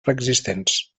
preexistents